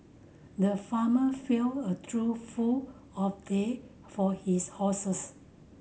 the farmer filled a trough full of they for his horses